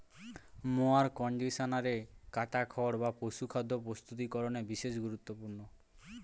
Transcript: mower কন্ডিশনারে কাটা খড় বা পশুখাদ্য প্রস্তুতিকরনে বিশেষ গুরুত্বপূর্ণ